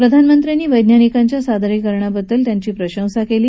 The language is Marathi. प्रधानमंत्र्यांनी वैज्ञानिकांच्या सादरीकरणाबददल त्यांची प्रशंसा केली